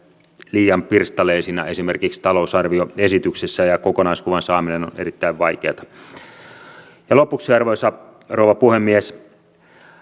liian pirstaleisina esimerkiksi talousarvioesityksessä ja kokonaiskuvan saaminen on erittäin vaikeata lopuksi arvoisa rouva puhemies